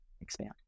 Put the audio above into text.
expand